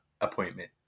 Appointment